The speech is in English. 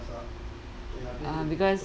uh because